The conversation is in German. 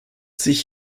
sich